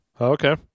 okay